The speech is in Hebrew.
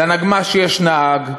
לנגמ"ש יש נהג,